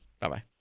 Bye-bye